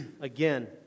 again